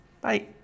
Bye